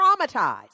traumatized